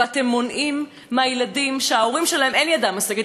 ואתם מונעים מהילדים שההורים שלהם אין ידם משגת,